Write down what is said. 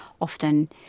often